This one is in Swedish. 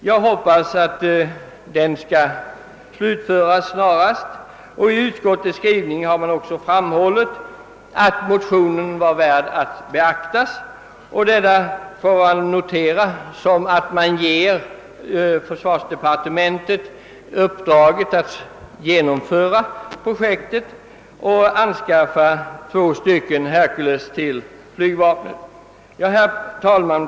Jag hoppas att den snarast kommer att slutföras. I utskottets skrivning har man också framhållit att motionerna är värda att beakta. Detta får uppfattas så att man ger försvarsdepartementet uppdraget att genomföra projektet och anskaffa två stycken Hercules-flygplan till flygvapnet. Herr talman!